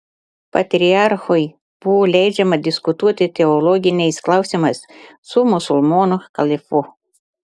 patriarchui buvo leidžiama diskutuoti teologiniais klausimais su musulmonų kalifu